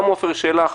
גם עפר שלח,